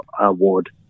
award